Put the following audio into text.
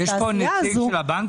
תתחרה- -- יש פה נציג הבנקים?